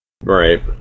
Right